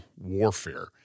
warfare